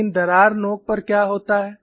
लेकिन दरार नोक पर क्या होता है